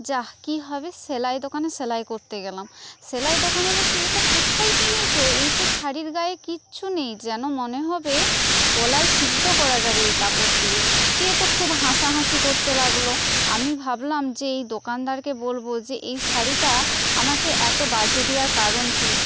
যা কি হবে সেলাই দোকানে সেলাই করতে গেলাম সেলাই দোকানে বলছে এটা কোথায় কিনেছ এ তো শাড়ির গায়ে কিচ্ছু নেই যেন মনে হবে কলাই সেদ্ধ করা যাবে এই কাপড় দিয়ে দিয়ে তো খুব হাসাহাসি করতে লাগলো আমি ভাবলাম যে এই দোকানদারকে বলবো যে এই শাড়িটা আমাকে এতো বাজে দেওয়ার কারণ কি